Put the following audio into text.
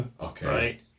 Okay